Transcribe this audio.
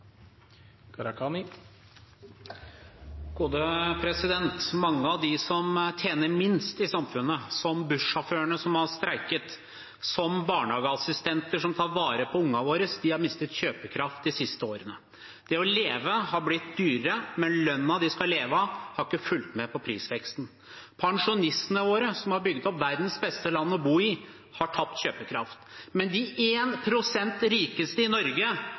Mange av dem som tjener minst i samfunnet – som bussjåførene som har streiket, som barnehageassistentene som tar vare på barna våre – har mistet kjøpekraft de siste årene. Det å leve har blitt dyrere, men lønnen de skal leve av, har ikke fulgt med på prisveksten. Pensjonistene våre, som har bygd opp verdens beste land å bo i, har tapt kjøpekraft, mens de 1 pst. rikeste i Norge